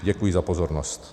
Děkuji za pozornost.